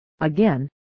Again